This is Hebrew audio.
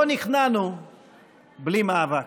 לא נכנענו בלי מאבק,